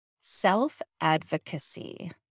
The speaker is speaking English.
self-advocacy